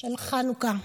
של חנוכה.